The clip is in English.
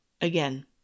Again